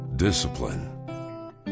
discipline